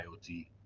IoT